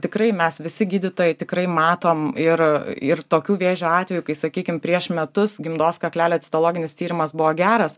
tikrai mes visi gydytojai tikrai matom ir ir tokių vėžio atvejų kai sakykim prieš metus gimdos kaklelio citologinis tyrimas buvo geras